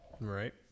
Right